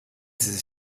sie